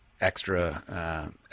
extra